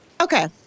Okay